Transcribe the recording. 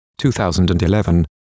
2011